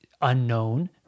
unknown